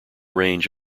range